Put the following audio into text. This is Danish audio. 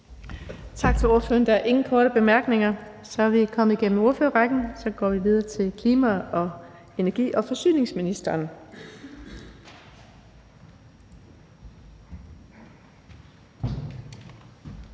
Tak til ordføreren. Der er ingen korte bemærkninger. Så er vi kommet igennem ordførerrækken, og nu går vi videre til klima-, energi- og forsyningsministeren.